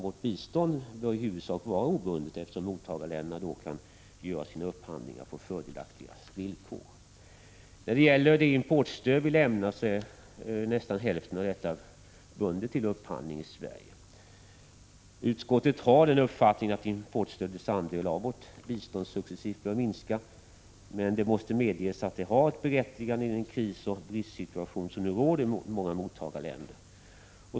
Vårt bistånd bör i huvudsak vara obundet eftersom mottagarländerna då kan göra sina upphandlingar på fördelaktiga villkor. När det gäller det importstöd som vi lämnar är nästan hälften av detta bundet till upphandling i Sverige. Utskottet har den uppfattningen att importstödets andel av vårt bistånd successivt bör minska. Men det måste medges att det har ett berättigande i den krisoch bristsituation som nu råder i många mottagarländer.